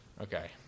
Okay